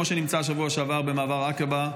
כמו שנמצא בשבוע שעבר במעבר עקבה.